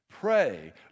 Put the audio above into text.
Pray